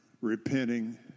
repenting